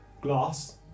glass